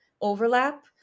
overlap